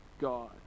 God